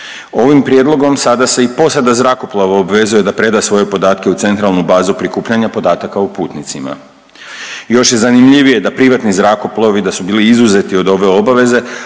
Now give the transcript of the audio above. Ovim Prijedlogom sada se i posada zrakoplova obvezuje da preda svoje podatke u Centralnu bazu prikupljanja podataka o putnicima. Još je zanimljivije da privatni zrakoplovi da su bili izuzeti od ove obaveze,